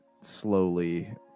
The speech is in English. slowly